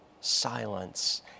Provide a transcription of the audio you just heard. silence